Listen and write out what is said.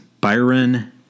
Byron